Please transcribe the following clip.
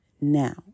now